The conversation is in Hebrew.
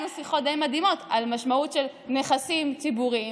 היו לנו שיחות די מדהימות על המשמעות של נכסים ציבוריים,